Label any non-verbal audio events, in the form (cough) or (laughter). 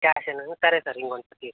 క్యాషేనా sir సరే sir ఇదిగోండి sir (unintelligible)